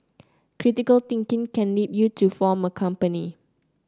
critical thinking can lead you to form a company